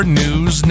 news